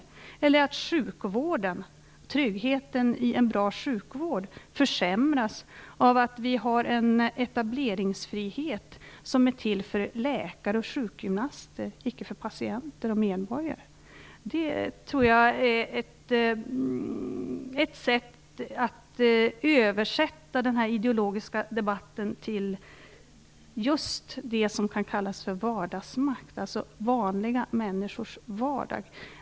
Det handlar om att veta att tryggheten i en bra sjukvård inte försämras av att vi har en etableringsfrihet som är till för läkare och sjukgymnaster, icke för patienter och medborgare. Det tror jag är ett sätt att översätta den här ideologiska debatten till just det som kan kallas för vardagsmakt, alltså vanliga människors vardag.